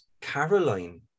Caroline